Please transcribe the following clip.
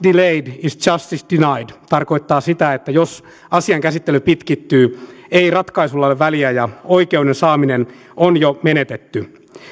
delayed is justice denied tarkoittaa sitä että jos asian käsittely pitkittyy ei ratkaisulla ole väliä ja oikeuden saaminen on jo menetetty